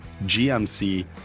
GMC